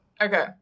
Okay